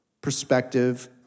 perspective